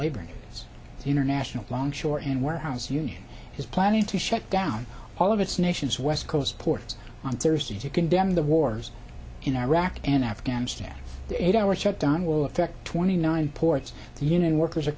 laboring international longshore and warehouse union is planning to shut down all of its nation's west coast ports on thursday to condemn the wars in iraq and afghanistan the eight hour shutdown will affect twenty nine ports union workers are